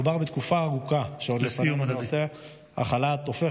מדובר בתקופה ארוכה שבה נושא החל"ת הופך